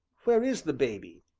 where is the baby?